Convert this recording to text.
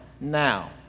now